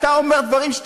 אתה אומר דברים,